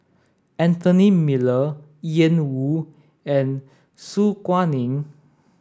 Anthony Miller Ian Woo and Su Guaning